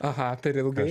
aha per ilgai